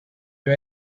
you